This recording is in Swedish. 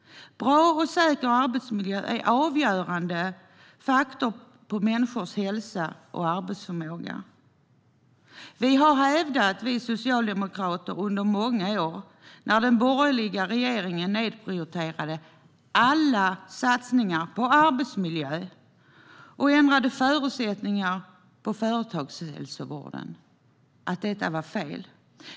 Bra och säker arbetsmiljö är avgörande faktorer för människor hälsa och arbetsförmåga. När den borgerliga regeringen nedprioriterade alla satsningar på arbetsmiljö och ändrade förutsättningarna för företagshälsovården framhöll vi socialdemokrater att detta var fel.